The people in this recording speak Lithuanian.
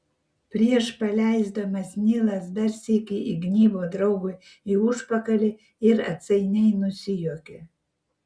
prieš paleisdamas nilas dar sykį įgnybo draugui į užpakalį ir atsainiai nusijuokė